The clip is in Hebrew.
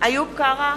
איוב קרא,